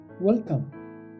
Welcome